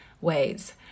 ways